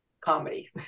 Comedy